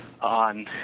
on